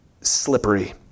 slippery